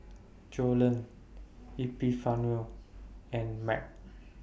Joellen Epifanio and Marc